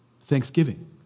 thanksgiving